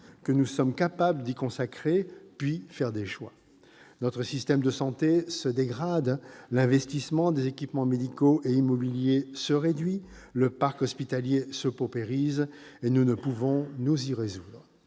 que nous sommes capables d'y consacrer, puis faire des choix. Notre système de santé se dégrade, l'investissement des équipements médicaux et immobiliers se réduit, le parc hospitalier se paupérise et nous ne pouvons nous y résoudre.